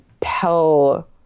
tell